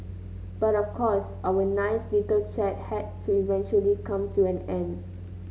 but of course our nice little chat had to eventually come to an end